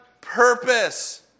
purpose